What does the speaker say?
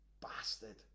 bastard